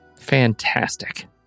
Fantastic